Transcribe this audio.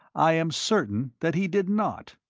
i am certain that he did not.